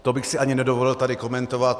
To bych si ani nedovolil tady komentovat.